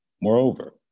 Moreover